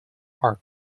are